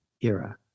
era